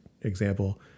example